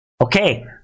okay